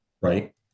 right